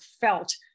felt